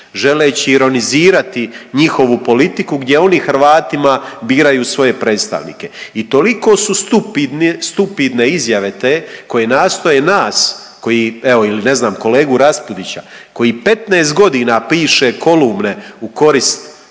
želeći ironizirati njihovu politiku gdje oni Hrvatima biraju svoje predstavnike. I toliko su stupidne izjave te koje nastoje nas koji evo ili kolegu Raspudića koji 15 godina piše kolumne u korist